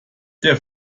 der